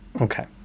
Okay